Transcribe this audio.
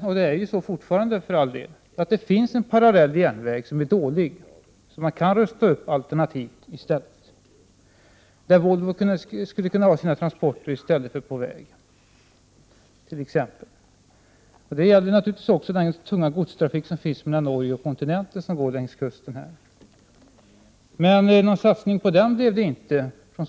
Det finns fortfarande en parallell järnväg, som är dålig men som man kan rusta upp som ett alternativ. På den skulle Volvo kunna sända sina transporter i stället för på väg. Det gäller naturligtvis också den tunga godstrafik mellan Norge och kontinenten som går längs kusten. Men någon satsning blev det inte från